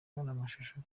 n’amashusho